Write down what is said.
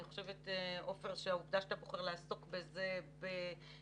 אני חושבת שהעובדה שאתה בוחר לעסוק בזה די